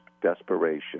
Desperation